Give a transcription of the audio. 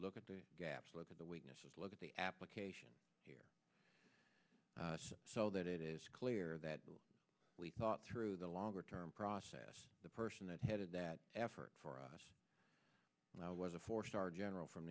look at the gaps look at the weaknesses look at the application here so that it is clear that we thought through the longer term process the person that headed that effort for us now was a four star general from